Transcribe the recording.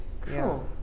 Cool